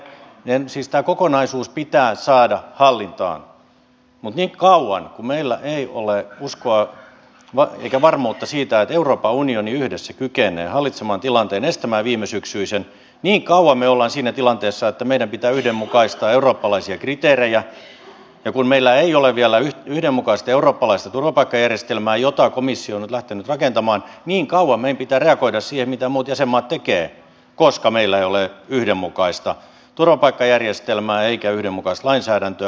tämä kokonaisuus pitää saada hallintaan mutta niin kauan kuin meillä ei ole uskoa eikä varmuutta siitä että euroopan unioni yhdessä kykenee hallitsemaan tilanteen estämään viimesyksyisen niin kauan me olemme siinä tilanteessa että meidän pitää yhdenmukaistaa eurooppalaisia kriteerejä ja kun meillä ei ole vielä yhdenmukaista eurooppalaista turvapaikkajärjestelmää jota komissio on nyt lähtenyt rakentamaan niin kauan meidän pitää reagoida siihen mitä muut jäsenmaat tekevät koska meillä ei ole yhdenmukaista turvapaikkajärjestelmää eikä yhdenmukaista lainsäädäntöä